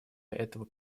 этого